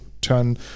turn